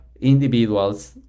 individuals